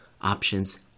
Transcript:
options